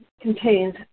contains